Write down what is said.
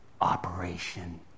Operation